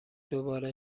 دوباره